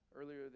Earlier